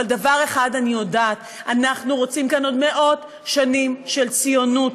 אבל דבר אחד אני יודעת: אנחנו רוצים כאן עוד מאות שנים של ציונות,